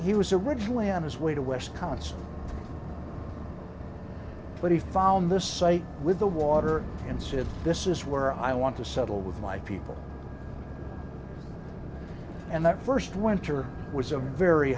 he was originally on his way to west cons but he found this site with the water and said this is where i want to settle with my people and that first winter was a very